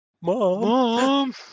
mom